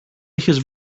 είχες